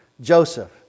Joseph